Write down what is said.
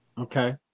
Okay